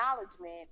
acknowledgement